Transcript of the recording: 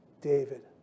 David